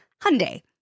Hyundai